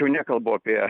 jau nekalbu apie